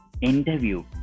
interview